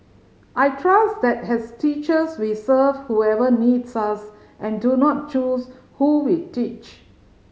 I trust that has teachers we serve whoever needs us and do not choose who we teach